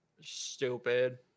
Stupid